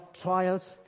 trials